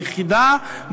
ויחידה,